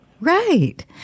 Right